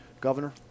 Governor